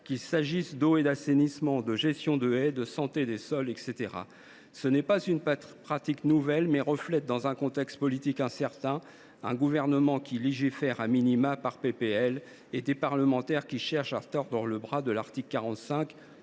qu’il s’agisse d’eau et d’assainissement, de gestion de haies, de santé des sols, etc. Ce n’est pas une pratique nouvelle, mais cela reflète le fait que, dans un contexte politique incertain, un gouvernement légifère par propositions de loi et que des parlementaires cherchent à tordre le bras de l’article 45